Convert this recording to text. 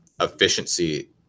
efficiency